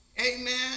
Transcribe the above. amen